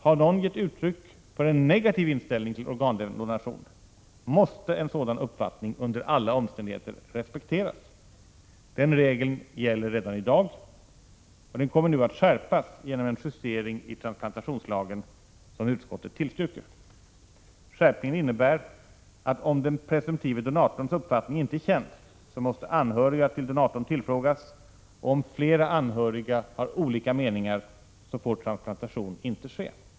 Har någon gett uttryck för en negativ inställning till organdonation måste en sådan uppfattning under alla omständigheter respekteras. Den regeln gäller redan i dag, och den kommer nu att skärpas genom en justering i transplantationslagen som utskottet tillstyrker. Skärpningen innebär att om den presumtive donatorns uppfattning inte är känd så måste anhöriga till donatorn tillfrågas, och om flera anhöriga har olika meningar så får transplantation inte ske.